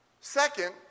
Second